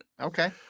Okay